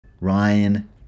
Ryan